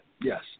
Yes